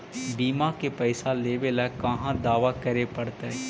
बिमा के पैसा लेबे ल कहा दावा करे पड़तै?